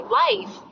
life